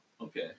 Okay